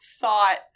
thought